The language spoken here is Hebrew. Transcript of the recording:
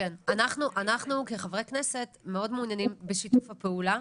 אנחנו כחברי כנסת מאוד מעוניינים בשיתוף הפעולה